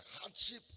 hardship